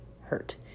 hurt